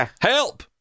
help